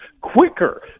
quicker